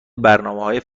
برنامههای